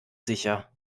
sicher